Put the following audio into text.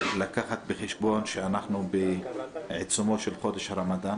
לקחת בחשבון את זה שאנחנו בעיצומו של חודש רמדאן.